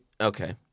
okay